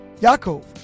Yaakov